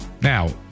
Now